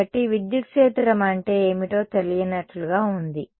కాబట్టి విద్యుత్ క్షేత్రం అంటే ఏమిటో తెలియనట్లుగా ఉంది